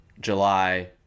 July